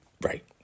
Right